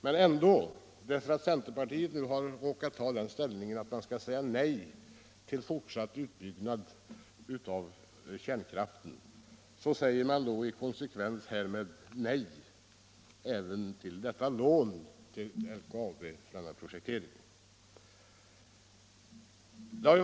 Men centerpartisterna har nu tagit ställning emot kärnkraften, och i konsekvens därmed säger man också nej till ett lån till LKAB för denna projektering.